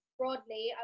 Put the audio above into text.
broadly